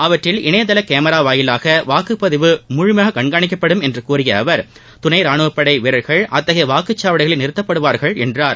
அவற்றில் இணையதள கேமரா மூலம் வாக்குப்பதிவு முழுமையாக கண்னனிக்கப்படும் என்று கூறிய அவர் துணை ரானுவப்படை வீரர்கள் அத்தகைய வாக்குச்சாவடிகளில் நிறுத்தப்படுவார்கள் என்றார்